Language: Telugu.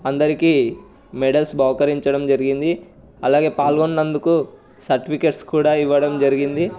అందరికీ మెడల్స్ బహుకరించడం జరిగింది అలాగే పాల్గొన్నందుకు సర్టిఫికెట్స్ కూడా ఇవ్వడం జరిగింది